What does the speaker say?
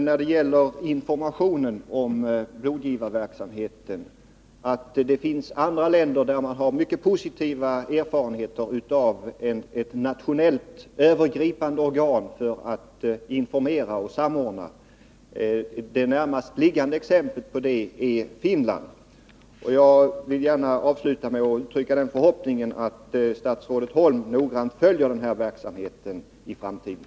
När det gäller informationen om blodgivarverksamheten vill jag gärna erinra om att det finns länder där man har mycket positiva erfarenheter av att ha ett nationellt övergripande organ för information och samordning. Det närmast liggande exemplet på det är Finland. Jag vill gärna avsluta med att uttrycka förhoppningen att statsrådet Holm noggrant följer den här verksamheten i framtiden.